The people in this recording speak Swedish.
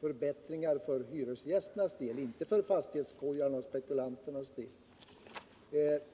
förbättringar för hyresgästernas del, inte för fastighetskojarnas och spekulanternas del.